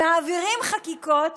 מעבירים חקיקות